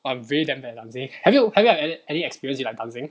I'm really damn bad lah really have you have you had any experience in like dancing